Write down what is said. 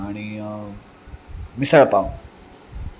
आणि मिसळ पाव